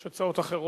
אין הצעות אחרות.